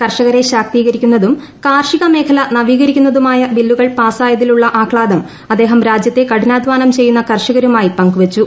കർഷകരെ ശാക്തീകരിക്കുന്നതും കാർഷികമേഖല നവീകരിക്കുന്നതുമായ ബില്ലുകൾ പാസ്സായതിലുള്ള ആഹ്താദം അദ്ദേഹം രാജ്യത്തെ കഠിനാധ്വാനം ചെയ്യുന്ന കർഷകരുമായി പങ്കുവച്ചു